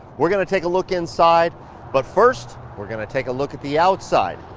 we're gonna take a look inside but first we're gonna take a look at the outside.